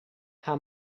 how